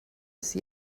see